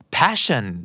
passion